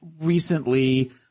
recently